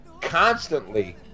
constantly